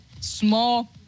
small